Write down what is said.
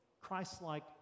Christ-like